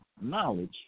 Knowledge